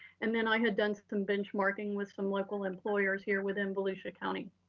and then i had done some benchmarking with some local employers here within volusia county,